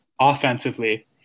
offensively